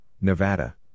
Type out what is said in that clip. Nevada